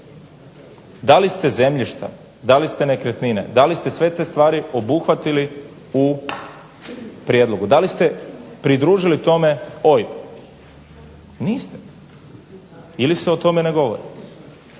Dali ste zemljišta, dali ste nekretnine, da li ste sve te stvari obuhvatili u prijedlogu? Da li ste pridružili tome OIB? Niste ili se o tome ne govori.